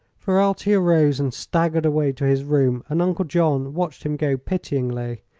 ferralti arose and staggered away to his room, and uncle john watched him go pityingly,